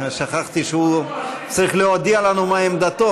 שכחתי שהוא צריך להודיע לנו מה עמדתו,